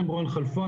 אני רון חלפון,